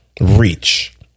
reach